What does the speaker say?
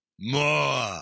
More